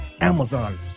Amazon